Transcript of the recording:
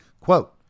quote